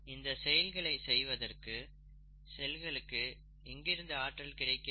இந்த செயல்களை செய்வதற்கு செல்களுக்கு எங்கிருந்து ஆற்றல் கிடைக்கிறது